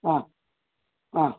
ಹಾಂ ಹಾಂ